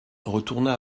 retourna